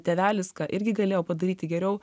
tėvelis ką irgi galėjo padaryti geriau